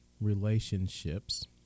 relationships